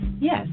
Yes